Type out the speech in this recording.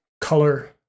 color